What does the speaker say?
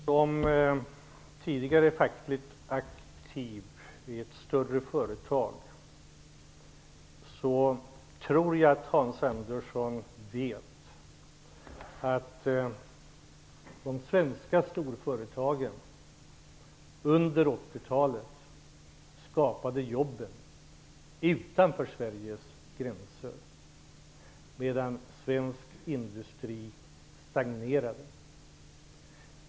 Herr talman! Jag tror att Hans Andersson som tidigare fackligt aktiv i ett större företag vet att de svenska storföretagen under 80-talet skapade jobben utanför Sveriges gränser medan svensk industri stagnerade.